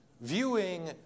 viewing